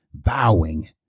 vowing